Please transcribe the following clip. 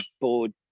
board